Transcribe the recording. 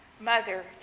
mother